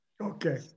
okay